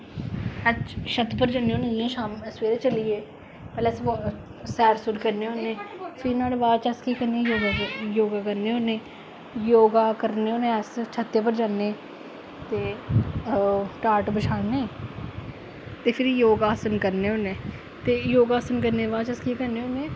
अस छत पर जन्ने होन्ने जि'यां सवेरै चली गे पैह्लें अस सैर सुर करने होन्ने फ्ही नोआड़ै बाद अस केह् करने योगा करने होन्ने योगा करने होन्ने अस छत्ते पर जन्ने ते ओह् टाट बछाने ते फिर योगा आसन करने होन्ने ते योगा आसन करने दे बाद अस केह् करने होन्ने